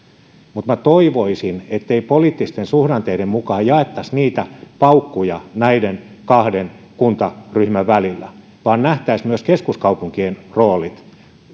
minä toivoisin ettei poliittisten suhdanteiden mukaan jaettaisi paukkuja näiden kahden kuntaryhmän välillä vaan nähtäisiin myös keskuskaupunkien roolit